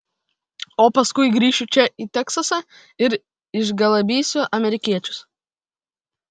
o paskui grįšiu čia į teksasą ir išgalabysiu amerikiečius